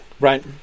right